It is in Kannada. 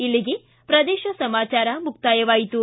ಇಲ್ಲಿಗೆ ಪ್ರದೇಶ ಸಮಾಚಾರ ಮುಕ್ತಾಯವಾಯಿತು